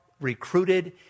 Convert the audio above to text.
recruited